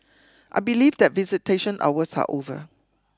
I believe that visitation hours are over